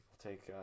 take –